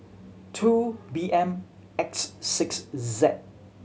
two B M X six Z